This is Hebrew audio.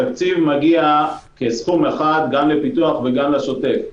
התקציב מגיע כסכום אחד גם לפיתוח וגם לשוטף.